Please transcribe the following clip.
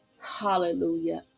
Hallelujah